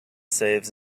saves